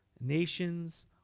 nations